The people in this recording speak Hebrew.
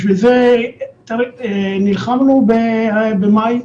בשביל זה נלחמנו במאי.